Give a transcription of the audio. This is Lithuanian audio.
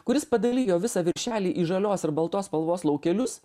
kuris padalijo visą viršelį į žalios ir baltos spalvos laukelius